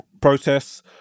protests